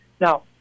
Now